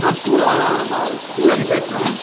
நான் ஸ்டூட நான் ஒரு ஸ்டூடண்ட் பேசுகிறேன்